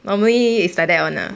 normally is like that [one] lah